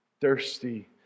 thirsty